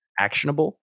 actionable